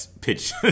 pitch